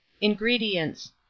INGREDIENTS